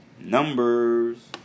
Numbers